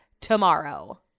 tomorrow